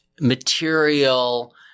material –